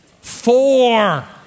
Four